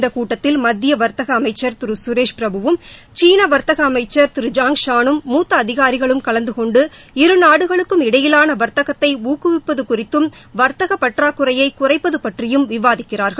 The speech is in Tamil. இந்தக் கூட்டத்தில் மத்திய வர்த்தக அமைச்சர் திரு சுரேஷ் பிரபுவும் சீன வர்த்தக அமைச்சர் ஜாய் ஷானும் மூத்த அதிகாரிகளும் கலந்து கொண்டு இருநாடுகளுக்கும் இடையிலான வர்த்தகத்தை ஊக்குவிப்பது குறித்தும் வர்த்தக பற்றாக்குறையை குறைப்பது பற்றியும் விவாதிக்கிறார்கள்